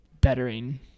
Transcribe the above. bettering